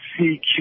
CQ